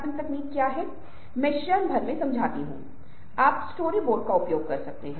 दूसरा अंक जो मैं बनाना चाहता हूं वह है की विजुअल सप्लीमेंट्सहोते हैं